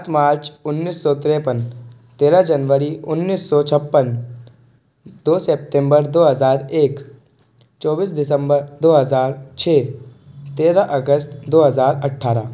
आठ मार्च उन्नीस सौ तिरपन तेरह जनवरी उन्नीस सौ छप्पन दो सितम्बर दो हज़ार एक चौबीस दिसम्बर दो हज़ार छ तेरह अगस्त दो हज़ार अठारह